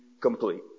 complete